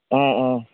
অঁ অঁ